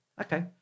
Okay